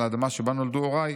על האדמה שבא נולדו הוריי,